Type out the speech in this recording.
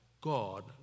God